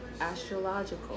astrological